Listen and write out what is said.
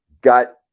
got